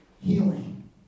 healing